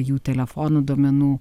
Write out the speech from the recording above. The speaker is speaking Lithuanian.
jų telefonų duomenų